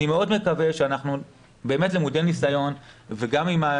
אני מאוד מקווה שאנחנו באמת למודי ניסיון ובשיתוף